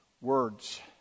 words